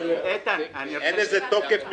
אין לזה תוקף משפטי.